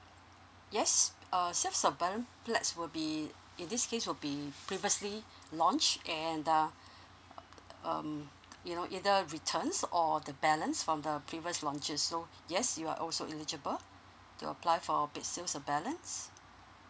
yes uh sales of balance flats will be in this case will be previously launched and uh um you know either returns or the balance from the previous launches so yes you're also eligible to apply for sales of balance